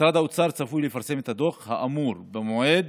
משרד האוצר צפוי לפרסם את הדוח האמור במועד